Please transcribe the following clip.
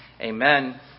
Amen